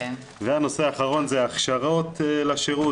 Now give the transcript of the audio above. והנושא האחרון זה הכשרות לשירות,